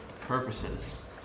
purposes